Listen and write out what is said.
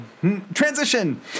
transition